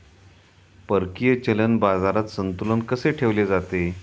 परकीय चलन बाजारात संतुलन कसे ठेवले जाते?